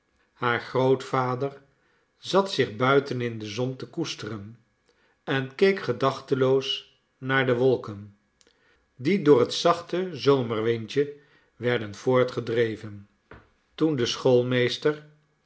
haar grootvader zat zich buiten in de zon te koesteren en keek gedachteloos naar de wolken die door het zachte zomerwindje werdenvoortgedreven toen de